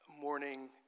morning